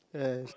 yes